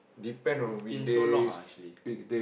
it's been so long ah actually